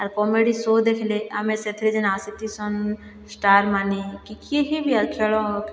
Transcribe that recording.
ଆର୍ comedy show ଦେଖିଲେ ଆମେ ସେଥିରେ ଯେନ୍ ଆସିଥିସନ୍ ଷ୍ଟାର୍ମାନେ କି କିଏ କିଏ ବି ଖେଳ